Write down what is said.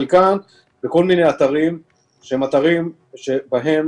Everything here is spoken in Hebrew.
חלקן בכל מיני אתרים שהם אתרים שבהם